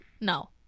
No